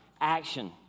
action